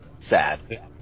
Sad